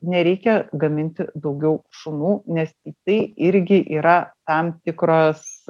nereikia gaminti daugiau šunų nes tai irgi yra tam tikros